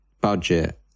budget